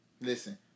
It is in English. Listen